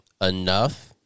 enough